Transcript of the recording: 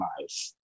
life